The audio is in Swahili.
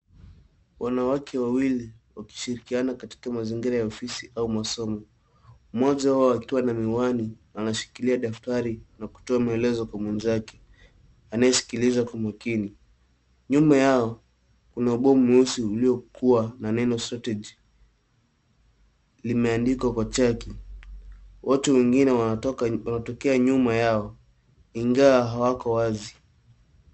Wanawake wawili wakishirikiana katika mazingira ya ofisi au masomo, mmoja wao akiwa na miwani anashikilia daftari na kutoa maelezo kwa mwenzake anayesikiliza kwa makini. Nyuma yao kuna ubao mweusi uliokuwa na neno strategy limeandikwa kwa chaki. Watu wengine wanatokea nyuma yao ingawa hawako wazi.